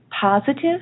positive